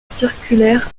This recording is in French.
circulaire